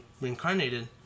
reincarnated